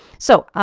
so,